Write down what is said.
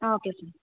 ಹಾಂ okay sir